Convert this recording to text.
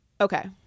Okay